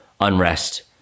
unrest